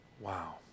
Wow